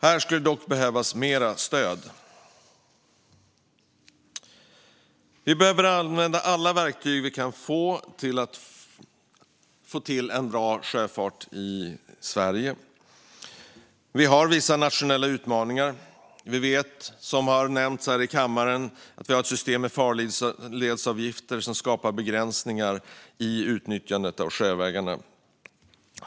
Här skulle det dock behövas mer stöd. Vi behöver använda alla verktyg vi kan få för att få till en bra sjöfart i Sverige. Det finns vissa nationella utmaningar. Som redan har nämnts här i kammaren finns ett system med farledsavgifter som skapar begränsningar i utnyttjandet av sjövägarna.